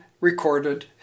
recorded